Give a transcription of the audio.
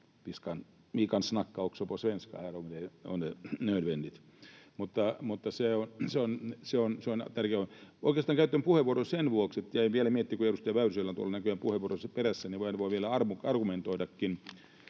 Oikeastaan käytän tämän puheenvuoron sen vuoksi, että jäin vielä miettimään — kun edustaja Väyrysellä on näköjään puheenvuoro tuolla perässäni, niin hän voi vielä argumentoidakin